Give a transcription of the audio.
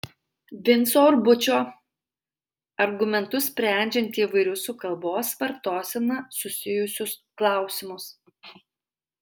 vinco urbučio argumentus sprendžiant įvairius su kalbos vartosena susijusius klausimus